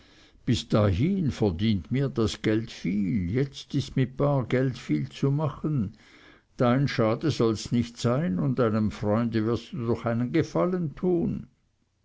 bis dahin verdient mir das geld viel jetzt ist mit bar geld viel zu machen dein schade solls nicht sein und einem freund wirst doch einen gefallen tun